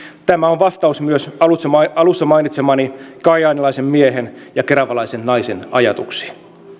tämä on vastaus myös alussa mainitsemani kajaanilaisen miehen ja keravalaisen naisen ajatuksiin